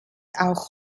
auch